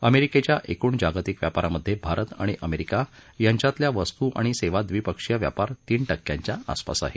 अमेरिकेच्या एकूण जागतिक व्यापारामध्ये भारत आणि अमेरिका यांच्यातील वस्तू आणि सेवा द्विपक्षीय व्यापार तीन टक्क्यांच्या आसपास आहे